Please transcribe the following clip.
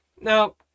now